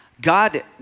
God